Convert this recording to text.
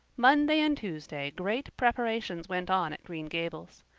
monday and tuesday great preparations went on at green gables.